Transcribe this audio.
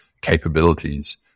capabilities